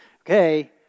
Okay